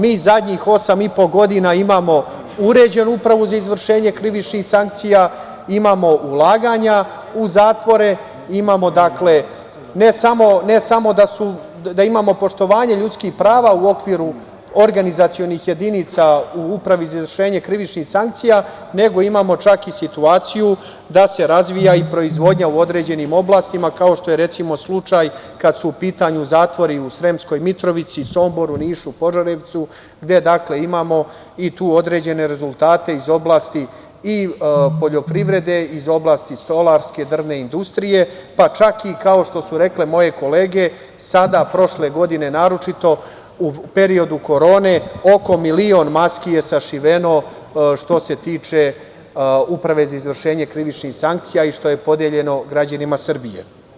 Mi poslednjih osam i po godina imamo uređenu Upravu za izvršenje krivičnih sankcija, imamo ulaganja u zatvore, ne samo da imamo poštovanje ljudskih prava u okviru organizacionih jedinica u Upravi za izvršenje krivičnih sankcija, nego imamo čak i situaciju da se razvija i proizvodnja u određenim oblastima, kao što je, recimo, slučaj kad su u pitanju zatvori u Sremskoj Mitrovici, Somboru, Nišu, Požarevcu, gde dakle imamo i tu određene rezultate iz oblasti i poljoprivrede, stolarske, drvne industrije, pa čak i kao što su rekle moje kolege, sada, prošle godine naročito, u periodu korone, oko milion maski je sašiveno što se tiče Uprave za izvršenje krivičnih sankcija i što je podeljeno građanima Srbije.